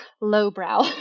lowbrow